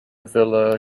villa